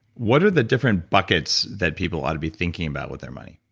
what are the different buckets that people ought to be thinking about with their money?